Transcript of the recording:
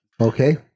Okay